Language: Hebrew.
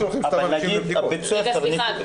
למשל בבית ספר נקודתית.